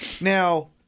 Now